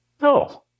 no